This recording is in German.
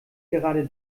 gerade